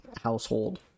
household